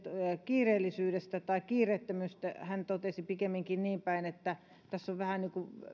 kiireellisyydestä tai kiireettömyydestä hän totesi pikemminkin niin päin että tässä on vähän niin kuin